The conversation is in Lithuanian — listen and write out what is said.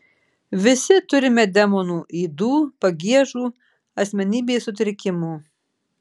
visi turime demonų ydų pagiežų asmenybės sutrikimų